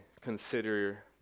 consider